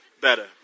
better